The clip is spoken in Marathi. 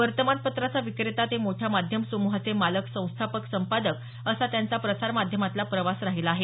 वर्तमानपत्राचा विक्रेता ते मोठ्या माध्यम सम्हाचे मालक संस्थापक संपादक असा त्यांचा प्रसारमाध्यमातला प्रवास राहिला आहे